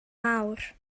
mawr